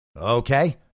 Okay